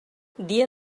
dia